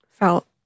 Felt